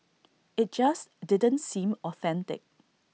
IT just didn't seem authentic